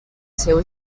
seu